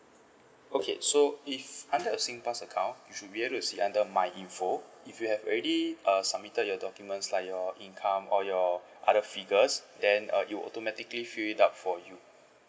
okay so if under a singpass account you should be able to see myinfo if you have already uh submitted your documents like your income or your other figures then uh it'll automatically fill it up for you